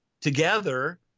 together